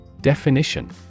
Definition